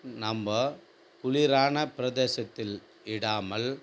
நம்ம குளிரான பிரதேசத்தில் இடாமல்